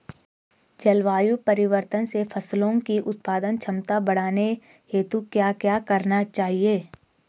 जलवायु परिवर्तन से फसलों की उत्पादन क्षमता बढ़ाने हेतु क्या क्या करना चाहिए?